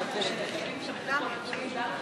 אני אשמח להביא את כל הנתונים.